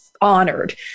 honored